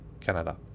Canada